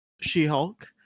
She-Hulk